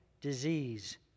disease